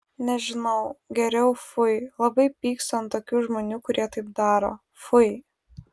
nežinau geriau fui labai pykstu ant tokių žmonių kurie taip daro fui